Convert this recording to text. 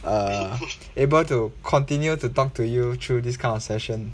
err able to continue to talk to you through this kind of session